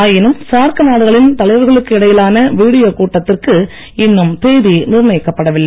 ஆயினும் சார்க் நாடுகளின் தலைவர்களுக்கு இடையிலான வீடியோ கூட்டத்திற்கு இன்னும் தேதி நிர்ணயிக்கப்படவில்லை